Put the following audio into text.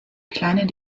kleinen